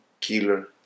killer